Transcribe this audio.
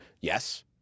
Yes